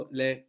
le